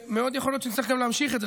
ומאוד יכול להיות שנצטרך גם להמשיך את זה,